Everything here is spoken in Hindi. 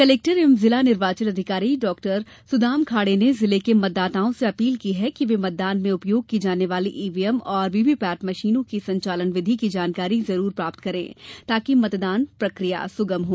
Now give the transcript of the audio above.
कलेक्टर एवं जिला निर्वाचन अधिकारी डॉ सुदाम खाड़े ने जिले के मतदाताओं से अपील की है कि वे मतदान में उपयोग की जाने वाली ईव्हीएम और व्हीव्हीपेट मशीनों की संचालन विधि की जानकारी जुर प्राप्त करें ताकि मतदान प्रक्रिया सुगम हो